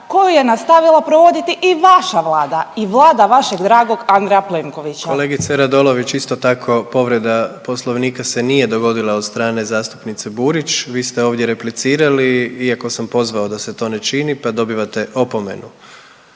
koju je nastavila provoditi i vaša vlada i vlada vašeg dragog Andreja Plenkovića. **Jandroković, Gordan (HDZ)** Kolegice Radolović, isto tako povreda poslovnika se nije dogodila od strane zastupnice Burić, vi ste ovdje replicirali iako sam pozvao da se to ne čini, pa dobivate opomenu.